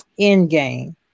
Endgame